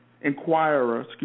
Inquirer